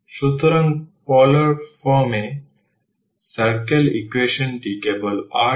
সুতরাং polar form এর circle equation টি কেবল ra